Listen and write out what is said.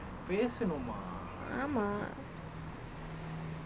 ஆமாம்:aamaam